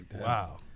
Wow